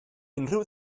unrhyw